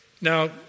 Now